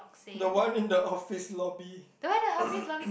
the one in the office lobby